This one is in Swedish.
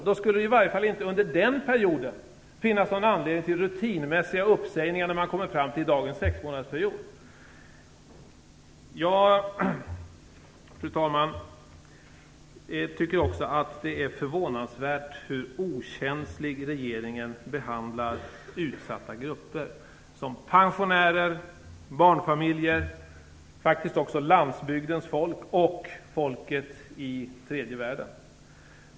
Då skulle det i varje fall inte under den perioden finnas någon anledning till de rutinmässiga uppsägningar som i dag sker efter en sexmånadersperiod. Det är förvånansvärt hur okänsligt regeringen behandlar utsatta grupper som pensionärer, barnfamiljer, landsbygdens folk och folket i tredje världen.